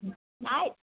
ಹ್ಞೂ ಆಯಿತು